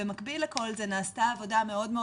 במקביל לכל זה נעשתה עבודה מאוד מאוד